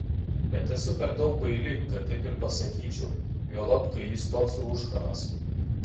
bet esu per daug baili kad taip ir pasakyčiau juolab kai jis toks rūškanas